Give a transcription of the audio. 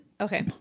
Okay